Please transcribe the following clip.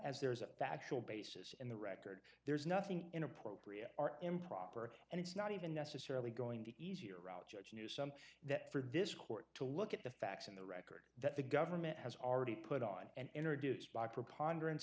as there is a factual basis in the record there is nothing inappropriate or improper and it's not even necessarily going to easyjet to some that for this court to look at the facts and the record that the government has already put on and introduced by preponderance